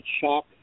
shock